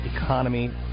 economy